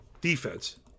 defense